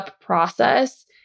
process